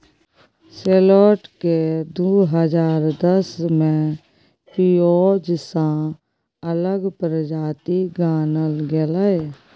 सैलोट केँ दु हजार दस मे पिओज सँ अलग प्रजाति गानल गेलै